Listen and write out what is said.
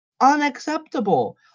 unacceptable